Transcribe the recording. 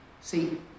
See